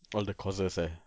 for all the courses eh